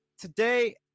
today